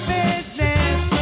business